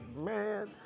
man